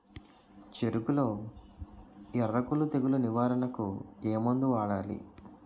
చెఱకులో ఎర్రకుళ్ళు తెగులు నివారణకు ఏ మందు వాడాలి?